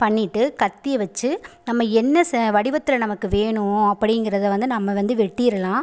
பண்ணிகிட்டு கத்தியை வச்சு நம்ம என்ன ச வடிவத்தில் நமக்கு வேணும் அப்படிங்கிறத வந்து நம்ம வந்து வெட்டிரலாம்